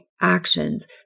actions